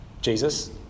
Jesus